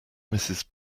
mrs